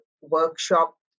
workshop